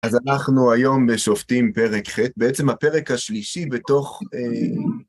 אז אנחנו היום בשופטים פרק ח׳, בעצם הפרק השלישי בתוך...